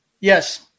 Yes